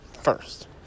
first